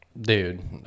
Dude